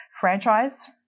franchise